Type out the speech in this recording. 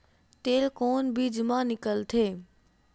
तेल कोन बीज मा निकलथे?